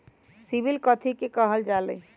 CIBIL कथि के काहल जा लई?